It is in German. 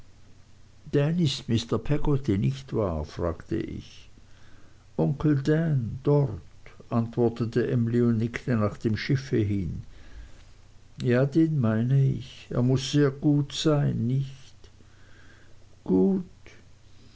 dan ist mr peggotty nicht wahr fragte ich onkel dan dort antwortete emly und nickte nach dem schiffe hin ja den meine ich er muß sehr gut sein nicht gut